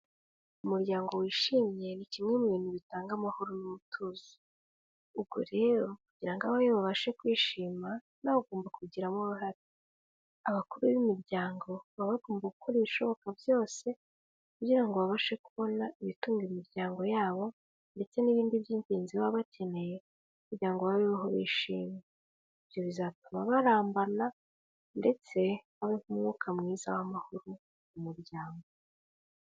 Umuryango wishimye ni kimwe mu bintu bitanga amahoro n'umutuzo, ubwo rero kugira ngo abawe babashe kwishima nawe ugomba kugirabigiramo uruhare, abakuru b'imiryango baba bagomba gukora ibishoboka byose kugira ngo babashe kubona ibitunga imiryango yabo ndetse n'ibindi by'ingenzi baba bakeneye kugira ngo babeho bishimye, ibyo bizatuma barambana ndetse habeho umwuka mwiza w'amahoro mu muryango .